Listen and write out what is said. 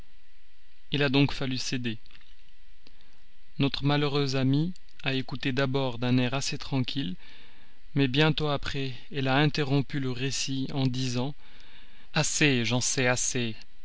il a donc fallu céder notre malheureuse amie a écouté d'abord d'un air assez tranquille mais bientôt après elle a interrompu le récit en disant assez j'en sais assez